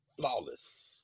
flawless